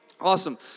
Awesome